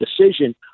decision